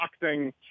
boxing